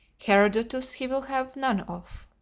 herodotus he will have none of.